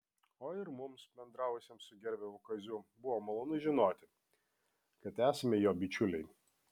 o ir mums bendravusiems su gerbiamu kaziu buvo malonu žinoti kad esame jo bičiuliai